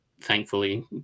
thankfully